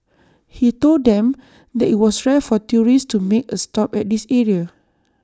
he told them that IT was rare for tourists to make A stop at this area